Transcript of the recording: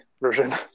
version